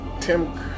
Tim